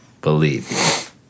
believe